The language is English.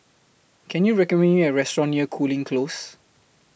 Can YOU recommend Me A Restaurant near Cooling Close